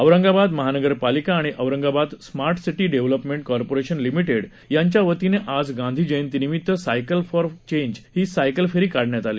औरंगाबाद महानगरपालिका आणि Aurangabad smart city development corporation limited यांच्या वतीनं आज गांधीजयंती निमित्त cycle for change he cycle फेरी काढण्यात आली